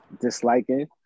disliking